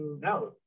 No